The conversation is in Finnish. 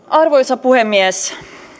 arvoisa puhemies